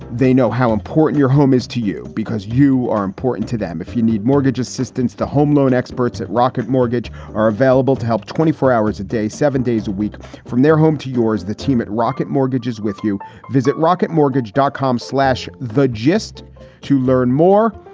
they know how important your home is to you because you are important to them. if you need mortgage assistance, the home loan experts at rocket mortgage are available to help twenty four hours a day, seven days a week from their home to yours. the team at rocket mortgages with you visit rocket mortgage dot com slash the gist to learn more.